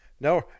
no